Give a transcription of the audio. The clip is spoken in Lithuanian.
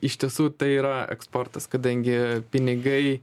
iš tiesų tai yra eksportas kadangi pinigai